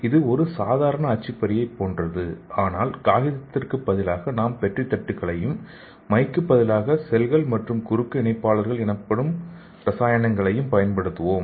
இது ஒரு சாதாரண அச்சுப்பொறியைப் போன்றது ஆனால் காகிதத்திற்குப் பதிலாக நாம் பெட்ரி தட்டுக்களையும் மைக்கு பதிலாக செல்கள் மற்றும் குறுக்கு இணைப்பாளர்கள் எனப்படும் ரசாயனங்களையும் பயன்படுத்துவோம்